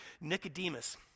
Nicodemus